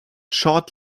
short